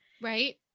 Right